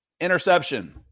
interception